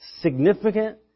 significant